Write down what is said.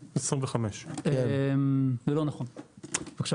ראשת המועצה, בבקשה.